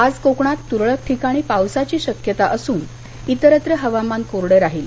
आज कोकणात तुरळक ठिकाणी पावसाची शक्यता असून इतरत्र हवामान कोरडं राहील